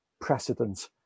precedent